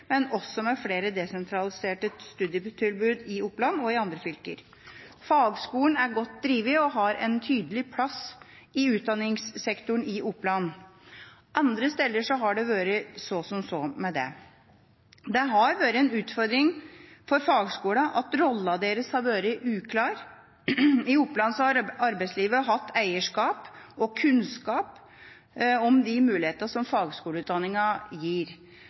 men også flere desentraliserte studietilbud i Oppland og andre fylker. Fagskolen er godt drevet og har en tydelig plass i utdanningssektoren i Oppland. Andre steder har det vært så som så med det. Det har vært en utfordring for fagskolene at rollen deres har vært uklar. I Oppland har arbeidslivet hatt eierskap til og kunnskap om mulighetene som fagskoleutdanningen gir.